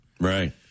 Right